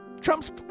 trump's